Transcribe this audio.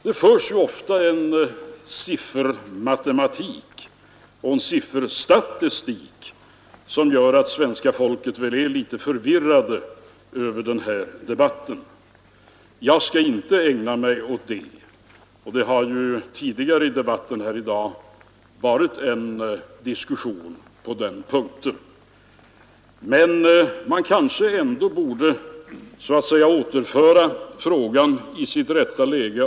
Det förekommer ju ofta en sifferexercis och en sifferstatistik i detta sammanhang som gör att svenska folket väl känner sig litet förvirrat inför denna debatt. Jag skall inte ägna mig åt något sådant. Det har ju tidigare i dagens debatt förts en diskussion på denna punkt. Men man kanske ändå borde återföra frågan i dess rätta läge.